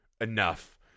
enough